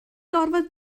gorfod